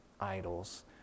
idols